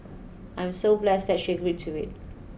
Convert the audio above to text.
I'm so blessed that she agreed to it